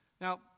Now